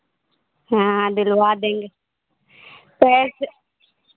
हाँ दिलवा देंगे पैसे